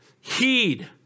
heed